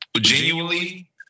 genuinely